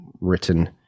written